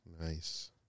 Nice